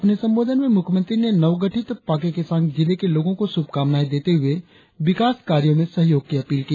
अपने संबोधन में मुख्यमंत्री ने नवगठित पाक्के केसांग जिले के लोगों को शुभकामनाएं देते हुए विकास कार्यों में सहयोग की अपील की